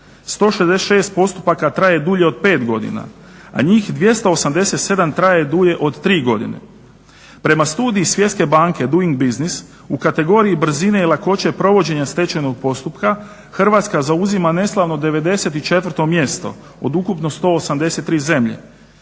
166 postupaka traje dulje od 5 godina, a njih 287 traje dulje od 3 godine. Prema studiji Svjetske banke – Doing business – u kategoriji brzine i lakoće provođenja stečajnog postupka Hrvatska zauzima neslavno 94. mjesto od ukupno 183 zemlje,